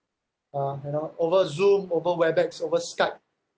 uh you know over zoom over webex over skype